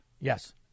Yes